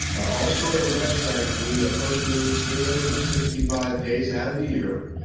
also at our website we post news three hundred and sixty five days out of the year.